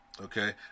Okay